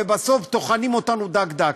ובסוף טוחנים אותנו דק-דק.